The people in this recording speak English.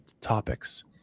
topics